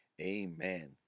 amen